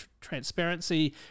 transparency